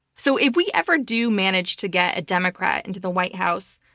so if we ever do manage to get a democrat into the white house,